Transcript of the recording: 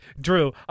Drew